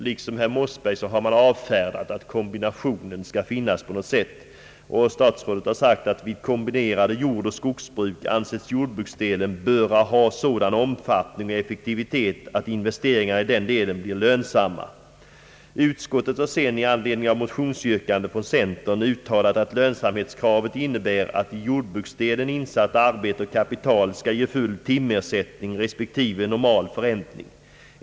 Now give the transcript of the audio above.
Liksom herr Mossberger har utskottet avfärdat att kombinationen jordoch skogsbruk skall finnas. Statsrådet har sagt att vid kombinerade jordoch skogsbruk anses jordbruksdelen böra ha sådan omfattning och effektivitet att investeringar i den delen blir lönsamma. Utskottet har i anledning av motionsyrkandena från centern uttalat att lönsamhetskravet innebär att i jordbruksdelen insatt arbete och kapital skall ge full timersättning respektive normal förräntning.